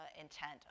intent